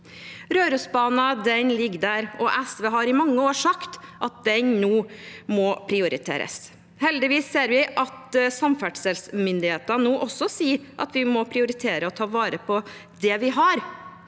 Rørosbanen ligger der, og SV har i mange år sagt at den nå må prioriteres. Heldigvis sier samferdselsmyndighetene at vi må prioritere å ta vare på det vi har.